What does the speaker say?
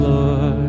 Lord